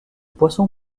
poisson